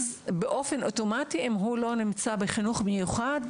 אבל אם הוא לא נמצא בחינוך מיוחד,